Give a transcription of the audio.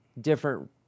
different